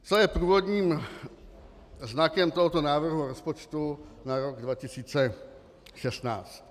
Co je průvodním znakem tohoto návrhu rozpočtu na rok 2016?